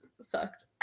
sucked